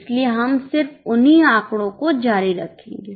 इसलिए हम सिर्फ उन्हीं आंकड़ों को जारी रखेंगे